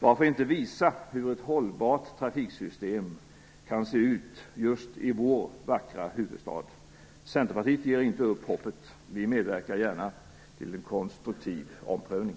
Varför inte visa hur ett hållbart trafiksystem kan se ut just i vår vackra huvudstad? Centerpartiet ger inte upp hoppet. Vi medverkar gärna till en konstruktiv omprövning.